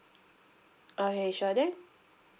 okay sure then